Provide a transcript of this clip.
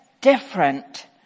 different